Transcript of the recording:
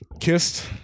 Kissed